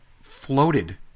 floated